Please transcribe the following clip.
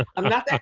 i'm not that